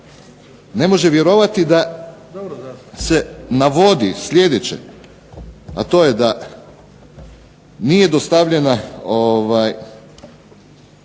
ne može vjerovati da se navodi sljedeće, a to je da nije dostavljena